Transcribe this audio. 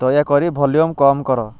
ଦୟାକରି ଭଲ୍ୟୁମ୍ କମ୍ କର